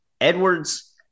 Edwards